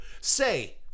say